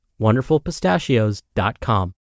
WonderfulPistachios.com